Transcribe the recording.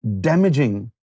damaging